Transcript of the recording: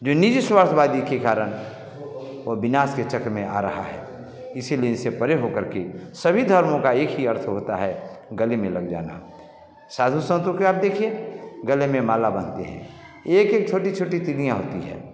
जो निजी स्वार्थवादी के कारण वह विनाश के चक्र में आ रहा है इसीलिए इसे परे हो करके सभी धर्मों का एक ही अर्थ होता है गले में लग जाना साधु संतों के आप देखिए गले में माला बांधते हैं एक एक छोटी छोटी चीनियाँ होती है